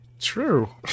True